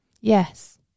Yes